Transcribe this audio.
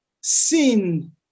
sin